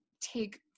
take